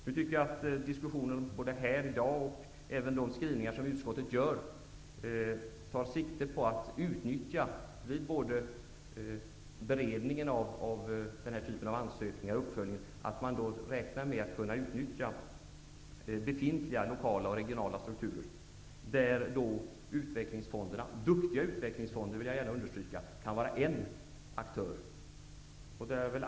Men både i diskussionen här i dag och i utskottets skrivning tar man -- såväl vid beredningen av den här typen av ansökningar som vid uppföljningen av dessa -- sikte på att utnyttja befintliga lokala och regionala strukturer. Duktiga utvecklingsfonder kan vara en aktör.